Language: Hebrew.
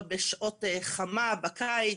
בשעות חמה בקיץ.